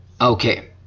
okay